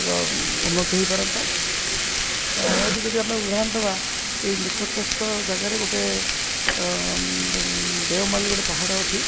ର ଉନ୍ନତି ହେଇପାରନ୍ତା ଏଠି ଯଦି ଆମେ ଉଦାହରଣ ଦବା ଏଇ ନିକଟସ୍ଥ ଜାଗାରେ ଗୋଟେ ଦେଓମାଳି ଗୋଟେ ପାହାଡ଼ ଅଛି